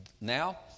now